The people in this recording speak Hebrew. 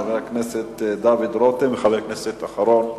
חבר הכנסת דוד רותם וחבר הכנסת האחרון,